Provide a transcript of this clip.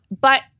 But-